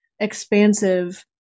expansive